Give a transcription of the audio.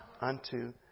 unto